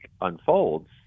unfolds